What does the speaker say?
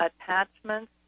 attachments